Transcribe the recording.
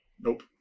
nope